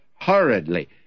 hurriedly